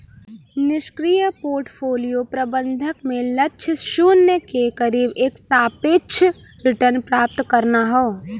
निष्क्रिय पोर्टफोलियो प्रबंधन में लक्ष्य शून्य के करीब एक सापेक्ष रिटर्न प्राप्त करना हौ